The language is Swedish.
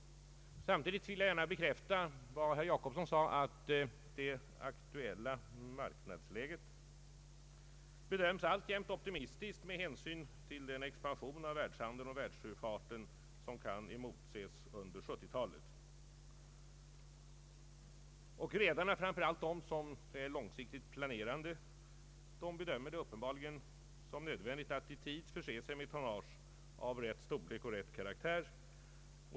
Samtidigt vill jag gärna bekräfta vad herr Jacobsson sade, nämligen att det aktuella marknadsläget alltjämt bedöms optimistiskt med hänsyn till den expansion av världshandeln och världssjöfarten som kan emotses under 1970 talet. Redarna, framför allt de som är långsiktigt planerande, bedömer det uppenbarligen som nödvändigt att i tid förse sig med tonnage av rätt storlek och av rätt karaktär.